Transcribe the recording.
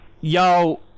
Yo